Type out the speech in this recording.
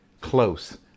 close